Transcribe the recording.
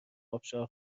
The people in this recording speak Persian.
ابشار